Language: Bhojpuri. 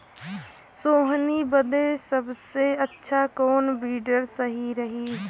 सोहनी बदे सबसे अच्छा कौन वीडर सही रही?